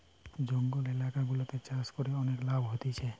জঙ্গল এলাকা গুলাতে চাষ করে অনেক লাভ হতিছে